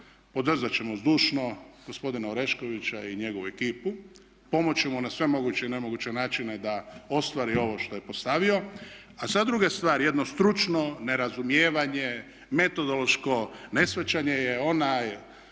podržati ćemo zdušno gospodina Oreškovića i njegovu ekipu. Pomoći ćemo na sve moguće i nemoguće načine da ostvari ovo što je postavio. A sada druga stvar, jedno stručno nerazumijevanje metodološko neshvaćanje je onaj